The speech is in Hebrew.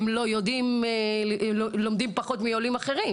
הם לומדים פחות מעולים אחרים.